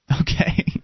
Okay